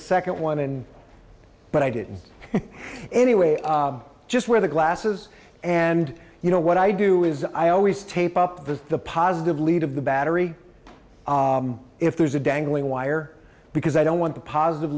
second one in but i didn't anyway i just wear the glasses and you know what i do is i always tape up to the positive lead of the battery if there's a dangling wire because i don't want the positive